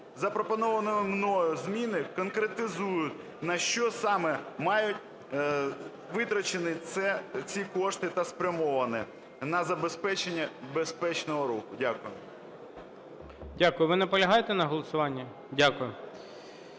Запропоновані мною зміни конкретизують, на що саме мають витрачені ці кошти та спрямовані: на забезпечення безпечного руху. Дякую. ГОЛОВУЮЧИЙ. Дякую. Ви наполягаєте на голосуванні? Дякую.